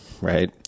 right